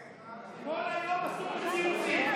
כל היום עסוק בציוצים.